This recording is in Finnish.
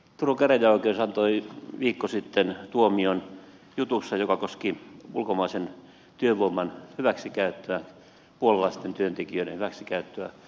turun käräjäoikeus antoi viikko sitten tuomion jutussa joka koski ulkomaisen työvoiman hyväksikäyttöä puolalaisten työntekijöiden hyväksikäyttöä